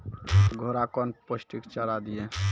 घोड़ा कौन पोस्टिक चारा दिए?